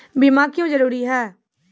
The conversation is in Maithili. बीमा क्यों जरूरी हैं?